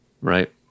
Right